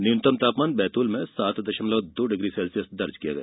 न्यूनतम तापमान बैतूल में सात दशमलव दो डिग्री सेल्सियस दर्ज किया गया